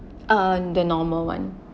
uh the normal [one]